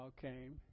came